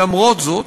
למרות זאת,